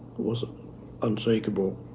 was ah unshakable.